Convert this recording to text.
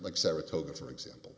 like saratoga for example